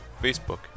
Facebook